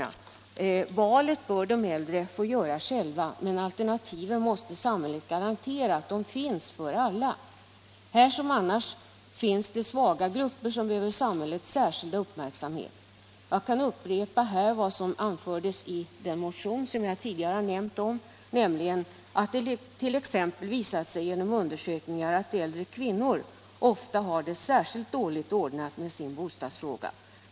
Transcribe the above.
Valet bör de äldre få göra själva, men samhället måste garantera att alternativen finns för alla. Här som annars finns det svaga grupper som behöver samhällets särskilda uppmärksamhet. Jag kan upprepa vad som anförts i den motion som jag tidigare nämnt, nämligen att det t.ex. genom undersökningar visat sig att äldre kvinnor ofta har det särskilt dåligt ordnat med bostad.